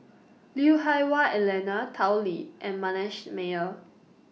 Lui Hah Wah Elena Tao Li and Manasseh Meyer